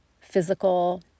physical